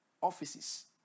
offices